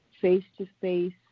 face-to-face